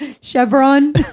Chevron